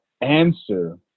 answer